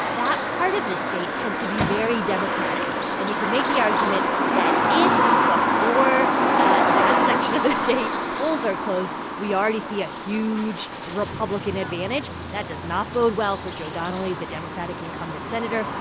that part of the state tends to be very democratic. and you can make the argument that, if before ah that section of the state's polls are closed, we already see a huge republican advantage, that does not bode well for joe donnelly, the democratic incumbent senator.